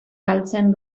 galtzen